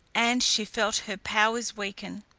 and she felt her powers weaken.